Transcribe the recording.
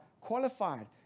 qualified